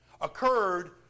occurred